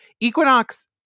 Equinox